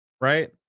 right